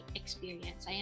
experience